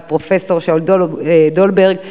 אבל פרופסור שאול דולברג,